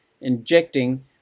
injecting